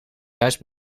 juist